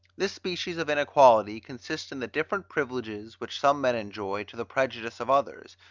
this species of inequality consists in the different privileges, which some men enjoy, to the prejudice of others,